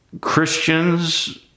Christians